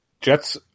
Jets